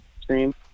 stream